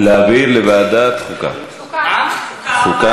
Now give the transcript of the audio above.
להעביר לוועדת חוקה, חוק ומשפט?